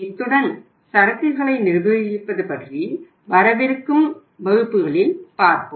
இத்துடன் சரக்குகளை நிர்வகிப்பது பற்றி வரவிருக்கும் வகுப்புகளில் பார்ப்போம்